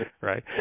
right